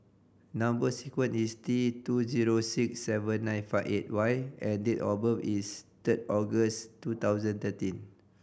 number sequence is T two zero six seven nine five eight Y and date of birth is third August two thousand and thirteen